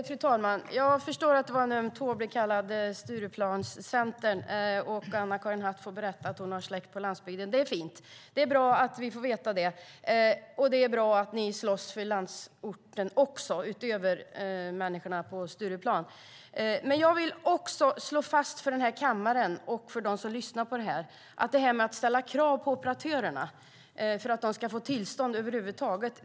Fru talman! Jag förstår att man trampade på en öm tå när man kallade det för Stureplanscentern. Anna-Karin Hatt får berätta att hon har släkt på landsbygden. Det är fint. Det är bra att vi får veta det. Och det är bra att ni slåss för landsorten också, utöver människorna på Stureplan. Men jag vill slå fast något för den här kammaren och för dem som lyssnar när det gäller det här med att ställa krav på operatörerna för att de över huvud taget ska få tillstånd.